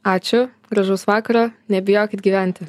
ačiū gražaus vakaro nebijokit gyventi